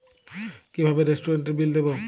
কিভাবে রেস্টুরেন্টের বিল দেবো?